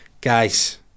Guys